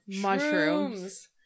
mushrooms